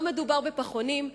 לא מדובר בפחונים,